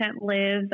lives